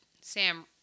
sam